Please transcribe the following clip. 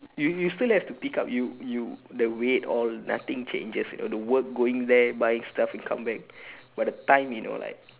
you you still have to pick up you you the weight all nothing changes you know the work going there buying stuff and come back but the time you know like